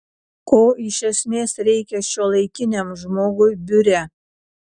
ko iš esmės reikia šiuolaikiniam žmogui biure